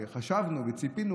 וחשבנו וציפינו,